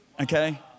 okay